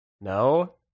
No